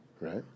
Right